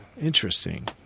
interesting